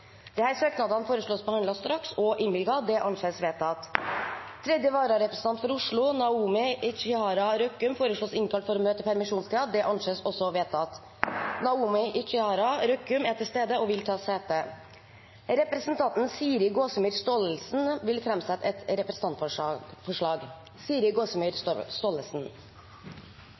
Tredje vararepresentant for Oslo, Naomi Ichihara Røkkum , innkalles for å møte i permisjonstiden. Naomi Ichihara Røkkum er til stede og vil ta sete. Representanten Siri Gåsemyr Staalesen vil framsette et representantforslag.